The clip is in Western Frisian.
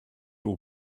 oer